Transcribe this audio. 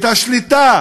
את השליטה